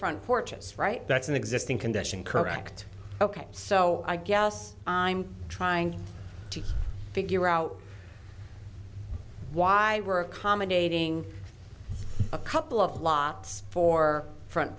front porches right that's an existing condition correct ok so i guess i'm trying to figure out why we're accommodating a couple of plots for front